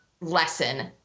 lesson